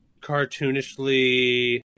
cartoonishly